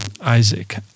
Isaac